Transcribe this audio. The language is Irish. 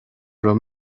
raibh